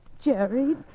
Jerry